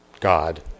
God